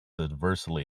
adversely